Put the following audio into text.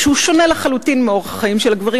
שהוא שונה לחלוטין מאורח החיים של הגברים.